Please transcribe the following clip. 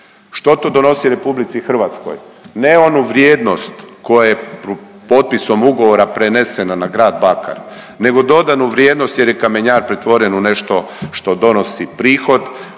Što to znači RH? Ne onu vrijednost koja je potpisom ugovora prenesena na Grad Bakar nego dodanu vrijednost jer je kamenjar pretvoren u nešto što donosi prihod,